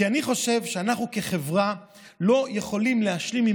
כי אני חושב שאנחנו כחברה לא יכולים להשלים עם